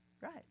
Right